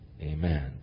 Amen